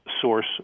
source